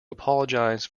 apologise